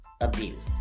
abuse